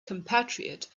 compatriot